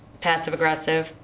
passive-aggressive